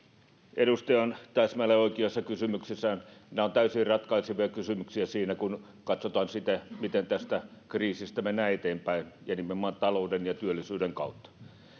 edustaja on täsmälleen oikeassa kysymyksessä nämä ovat täysin ratkaisevia kysymyksiä siinä kun katsotaan sitä miten tästä kriisistä mennään eteenpäin nimenomaan talouden ja työllisyyden kautta